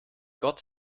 gott